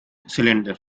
cylinder